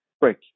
break